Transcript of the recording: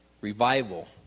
revival